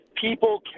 people